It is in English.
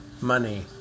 money